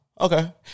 okay